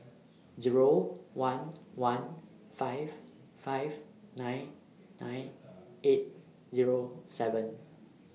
Zero one one five five nine nine eight Zero seven